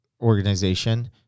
organization